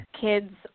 kids